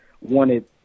wanted